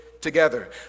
together